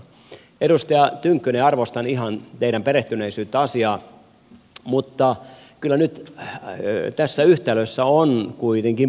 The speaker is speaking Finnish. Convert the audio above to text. edustaja tynkkynen arvostan ihan teidän perehtyneisyyttänne asiaan mutta kyllä nyt tässä yhtälössä on kuitenkin puutteita